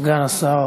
סגן השר